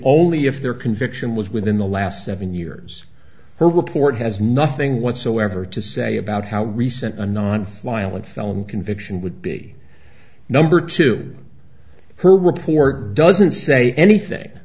only if their conviction was within the last seven years her report has nothing whatsoever to say about how recent a non violent felon conviction would be number to her report doesn't say anything